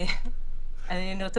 אני רוצה,